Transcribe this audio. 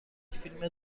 فیلم